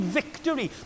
victory